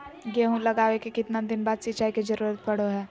गेहूं लगावे के कितना दिन बाद सिंचाई के जरूरत पड़ो है?